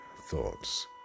Thoughts